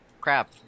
crap